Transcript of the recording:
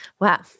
Wow